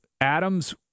Adams